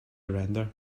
render